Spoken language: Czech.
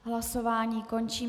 Hlasování končím.